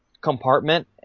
compartment